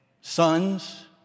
sons